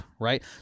right